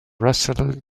russell